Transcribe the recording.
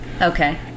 Okay